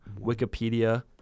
Wikipedia